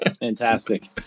fantastic